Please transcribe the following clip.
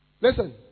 Listen